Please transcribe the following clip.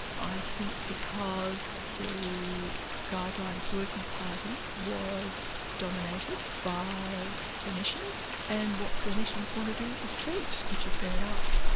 i think because the guidelines working party was dominated by clinicians, and what clinicians want to do is treat, which is fair enough.